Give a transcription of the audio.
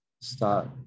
start